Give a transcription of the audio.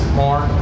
more